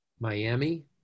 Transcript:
Miami